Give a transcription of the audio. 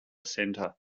centre